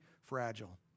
fragile